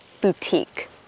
boutique